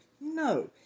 No